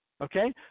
okay